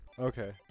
Okay